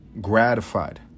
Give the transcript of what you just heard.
gratified